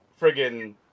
friggin